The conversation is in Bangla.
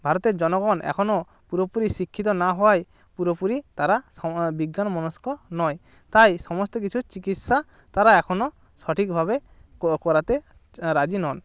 ভারতের জনগণ এখনও পুরোপুরি শিক্ষিত না হওয়ায় পুরোপুরি তারা বিজ্ঞানমনস্ক নয় তাই সমস্ত কিছুর চিকিৎসা তারা এখনও সঠিকভাবে করাতে রাজি নন